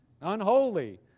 unholy